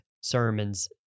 sermons